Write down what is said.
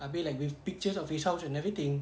abeh like with pictures of his house and everything